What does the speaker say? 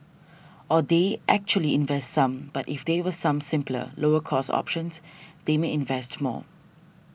or they actually invest some but if there were some simpler lower cost options they may invest more